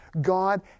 God